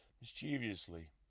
mischievously